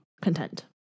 Content